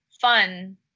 fun